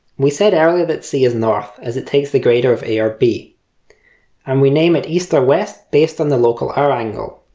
we said earlier that c is north as it takes the greater of a or b and we name is east or west based on the local hour angle,